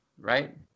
right